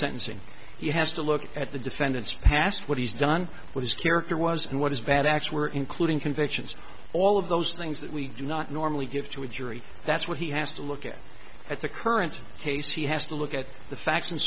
sentencing he has to look at the defendant's past what he's done what his character was and what is bad acts were including convictions all of those things that we do not normally give to a jury that's where he has to look at at the current case he has to look at the facts and